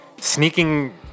sneaking